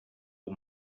heu